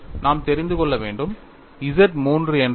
நாம் தெரிந்து கொள்ள வேண்டும் Z III என்றால் என்ன